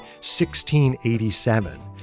1687